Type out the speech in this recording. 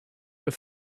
were